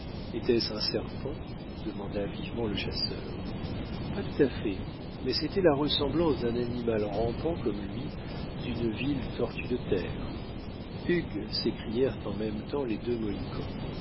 était-ce un serpent demanda vivement le chasseur pas tout à fait mais c'était la ressemblance d'un animal rampant comme lui d'une vile tortue de terre hugh s'écrièrent en même temps les deux mohicans